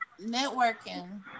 networking